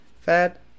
Fat